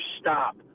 stop